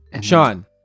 Sean